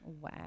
Wow